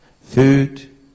food